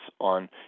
on